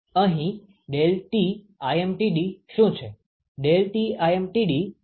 અહીં ∆Tlmtd શું છે